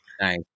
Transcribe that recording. Nice